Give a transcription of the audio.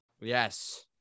Yes